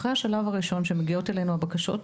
אחרי השלב הראשון שבו מגיעות אלינו הבקשות,